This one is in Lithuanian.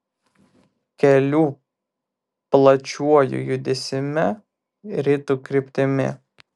keliu plačiuoju judėsime rytų kryptimi